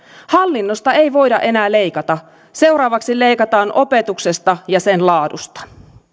hallinnosta ei voida enää leikata seuraavaksi leikataan opetuksesta ja sen laadusta